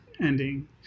ending